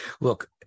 Look